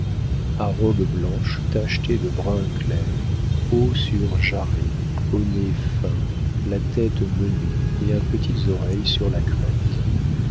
à robe blanche tachetée de brun clair hauts sur jarrets au nez fin la tête menue et à petites oreilles sur la crête